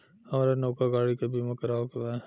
हामरा नवका गाड़ी के बीमा करावे के बा